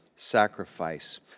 sacrifice